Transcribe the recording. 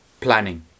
planning